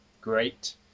great